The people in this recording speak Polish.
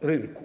rynku.